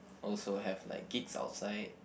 also have like gigs outside